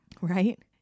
Right